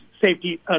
safety